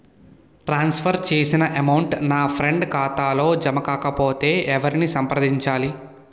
ట్రాన్స్ for చేసిన amount నా friend ఖాతాలో జమ కాకపొతే ఎవరిని సంప్రదించాలి?